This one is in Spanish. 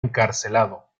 encarcelado